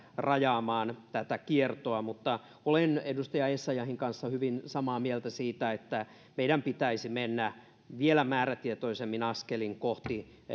rajaamaan tätä kiertoa mutta olen edustaja essayahin kanssa hyvin samaa mieltä siitä että meidän pitäisi mennä vielä määrätietoisemmin askelin kohti